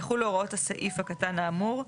יחולו הוראות הסעיף הקטן האמור,